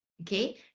Okay